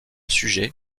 sujet